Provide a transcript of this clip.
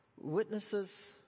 Witnesses